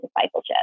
discipleship